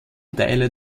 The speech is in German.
teile